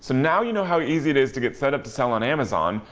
so now you know how easy it is to get set up to sell on amazon,